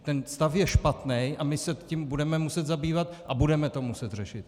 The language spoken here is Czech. Ten stav je špatný a my se tím budeme muset zabývat a budeme to muset řešit.